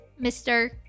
Mr